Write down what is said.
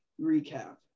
recap